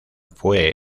fue